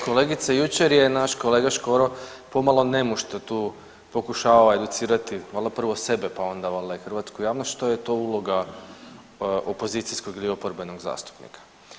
Kolegice, jučer je naš kolega Škoro pomalo nemušto tu pokušavao educirati, valjda prvo sebe pa onda valjda i hrvatsku javnost što je to uloga opozicijskog ili oporbenog zastupnika.